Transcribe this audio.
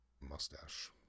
mustache